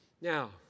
Now